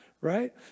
right